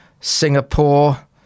Singapore